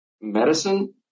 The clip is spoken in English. Medicine